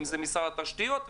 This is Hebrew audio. אם זה משרד התשתיות,